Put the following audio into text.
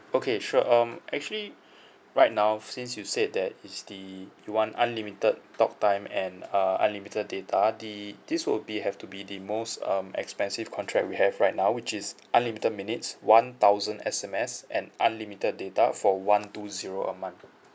okay sure um actually right now since you said that is the you want unlimited talk time and uh unlimited data the this will be have to be the most um expensive contract we have right now which is unlimited minutes one thousand S_M_S and unlimited data for one two zero a month